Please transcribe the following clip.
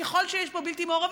ככל שיש פה בלתי מעורבים,